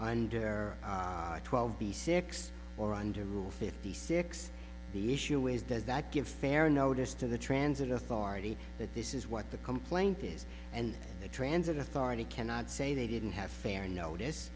are twelve b six or under rule fifty six the issue is does that give fair notice to the transit authority that this is what the complaint is and the transit authority cannot say they didn't have fair notice